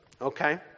Okay